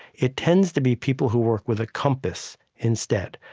it tends to be people who work with a compass instead.